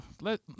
let